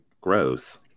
gross